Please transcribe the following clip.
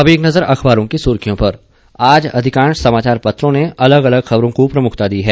अब एक नजर अखबारों की सुर्खियों पर आज अधिकांश समाचार पत्रों ने अलग अलग खबरों को प्रमुखता दी है